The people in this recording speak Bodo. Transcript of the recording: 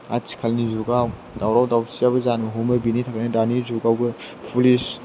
आथिखालनि जुगाव दावराव दावसियाबो जानो हमो बेनि थाखायनो दानि जुगावबो पुलिस